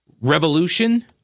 revolution